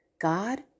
God